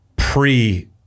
pre